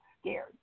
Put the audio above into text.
scared